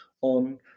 on